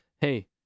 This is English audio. Hey